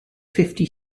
fifty